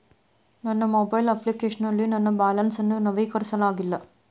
ನನ್ನ mobile application ನಲ್ಲಿ ನನ್ನ ಬ್ಯಾಲೆನ್ಸ್ ಅನ್ನು ನವೀಕರಿಸಲಾಗಿಲ್ಲ